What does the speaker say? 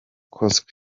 kubigeraho